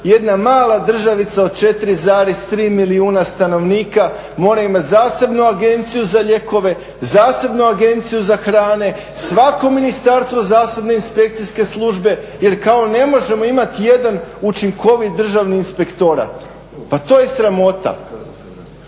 Jedna mala državica od 4,3 milijuna stanovnika mora imat zasebnu Agenciju za lijekove, zasebnu Agenciju za hrane, svako ministarstvo zasebne inspekcijske službe jer kao ne možemo imati jedan učinkovit Državni inspektorat. Pa to je sramota.